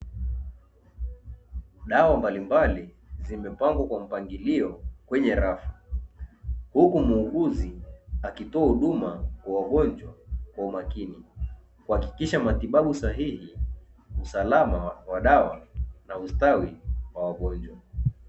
Dawa mbalimbali zimepangwa kwa mpangilio kwenye rafu huku muuguzi akitoa huduma kwa wagonjwa kwa umakini, kuhakikisha matibabu sahihi usalama wa dawa na ustawi wa wagonjwa.